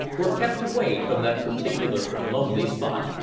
were kept away from that particular lonely spot.